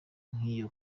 nk’iyo